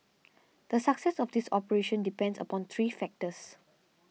the success of this operation depends upon three factors